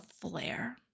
flare